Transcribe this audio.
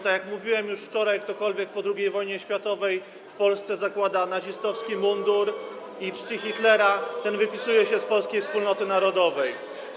Tak jak mówiłem już wczoraj, ktokolwiek po II wojnie światowej w Polsce zakłada nazistowski mundur i czci Hitlera, ten wypisuje się z polskiej wspólnoty narodowej.